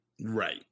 right